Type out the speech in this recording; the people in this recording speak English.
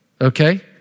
Okay